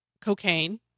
cocaine